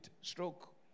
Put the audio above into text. stroke